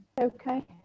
Okay